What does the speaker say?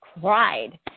cried